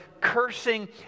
cursing